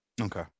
Okay